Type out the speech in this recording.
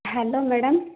hello madam